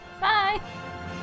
bye